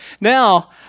Now